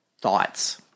thoughts